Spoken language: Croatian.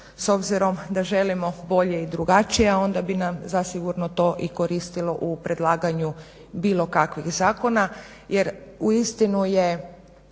s obzirom da želimo bolje i drugačije, a onda bi nam zasigurno to i koristilo u predlaganju bilo kakvih zakona jer uistinu je